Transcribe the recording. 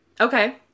Okay